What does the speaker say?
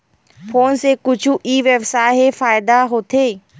Phone से कुछु ई व्यवसाय हे फ़ायदा होथे?